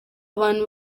abantu